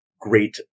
great